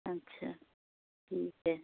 अच्छा ठीक है